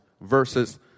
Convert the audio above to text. versus